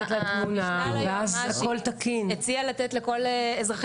המשנה ליועמ"ש הציעה לתת לכל אזרחי